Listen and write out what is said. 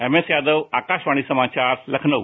M S Yadav Akashvani समाचार लखनऊ